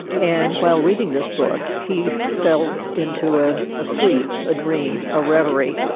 and while reading this book he fell into ah a sleep, a dream, a reverie.